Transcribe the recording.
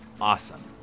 awesome